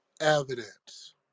evidence